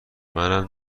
منم